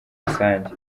rusange